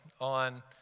on